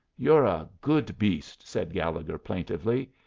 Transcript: you're a good beast, said gallegher, plaintively.